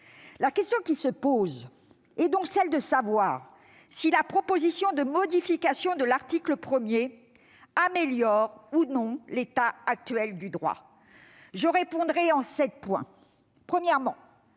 La question est donc de savoir si la proposition de modification de l'article 1 améliore ou non l'état actuel du droit. Je répondrai en sept points. Premièrement,